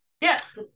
yes